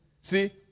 See